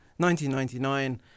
1999